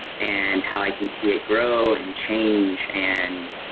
and how i can see it grow and change, and